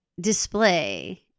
display